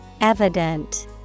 Evident